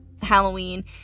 Halloween